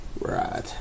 Right